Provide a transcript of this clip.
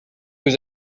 was